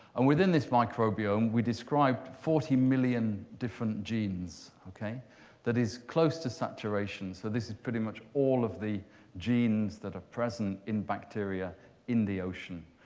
and within this microbiome, we described forty million different genes. that is close to saturation, so this is pretty much all of the genes that are present in bacteria in the ocean,